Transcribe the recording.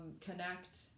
connect